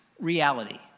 reality